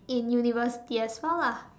in university as well lah